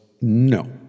no